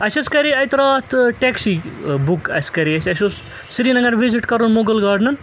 اَسہِ حظ کَرے اَتہِ راتھ ٹیٚکسی بُک اَسہِ کَرے اَسہِ اَسہِ اوس سریٖنگر وِزِٹ کَرُن مُغل گارڈنَن